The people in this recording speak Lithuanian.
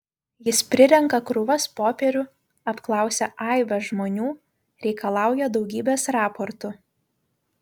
jis prirenka krūvas popierių apklausia aibes žmonių reikalauja daugybės raportų